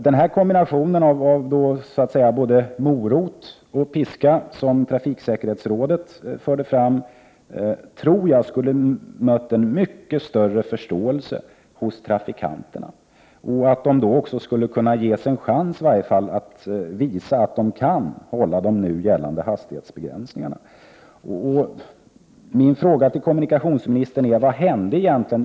Den här kombinationen av både morot och piska som trafiksäkerhetsrådet förde fram tror jag skulle ha mött en mycket större förståelse hos trafikanterna. Då skulle de också ges en chans att i varje fall visa att de kan hålla de nu gällande hastighetsbegränsningarna. Vad hände egentligen?